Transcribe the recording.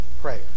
prayer